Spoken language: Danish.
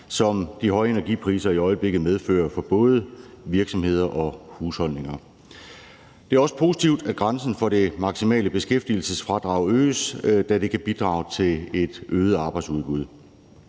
som de høje energipriser i øjeblikket medfører for både virksomheder og husholdninger. Det er også positivt, at grænsen for det maksimale beskæftigelsesfradrag øges, da det kan bidrage til et øget arbejdsudbud.